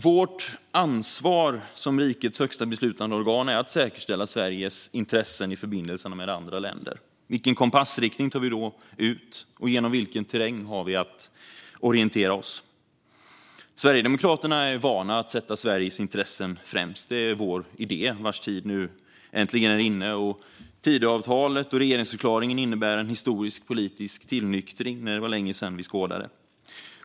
Vårt ansvar som rikets högsta beslutande organ är att säkerställa Sveriges intressen i förbindelserna med andra länder. Vilken kompassriktning tar vi då ut, och genom vilken terräng har vi att orientera oss? Sverigedemokraterna är vana att sätta Sveriges intressen främst. Det är vår idé, vars tid nu äntligen är inne, och Tidöavtalet och regeringsförklaringen innebär en historisk politisk tillnyktring som det var länge sedan vi skådade.